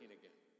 again